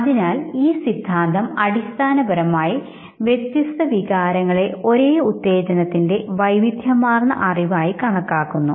അതിനാൽ ഈ സിദ്ധാന്തം അടിസ്ഥാനപരമായി വ്യത്യസ്ത വികാരങ്ങളെ ഒരേ ഉത്തേജനത്തിന്റെ വൈവിധ്യമാർന്ന അറിവായി കണക്കാക്കുന്നു